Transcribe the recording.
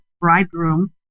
bridegroom